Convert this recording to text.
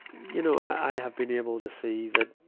you know, i have been able to see that, you